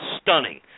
stunning